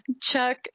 Chuck